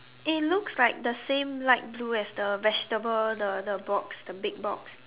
it looks like the same light blue as the vegetable the the box the big box